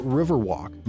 riverwalk